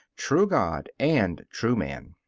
true god and true man.